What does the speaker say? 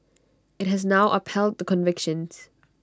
IT has now upheld the convictions